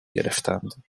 گرفتند